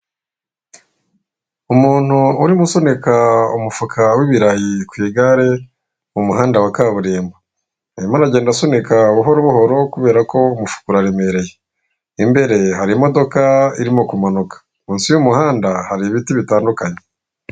Umuntu urimo usunika umufuka w'ibirayi ku igare, mu muhanda wa kaburimbo, arimo aragenda asunika buhoro buhoro, kubera ko umufuka uraremereye. Imbere hari imodoka irimo kumanuka munsi y'umuhanda hari ibiti bitandukanye.